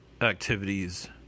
activities